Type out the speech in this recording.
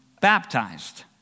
baptized